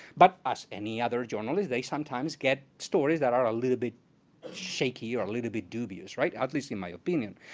but as any other journalist, they sometimes get stories that are a little bit shaky, or a little bit dubious, right? at least in my opinion.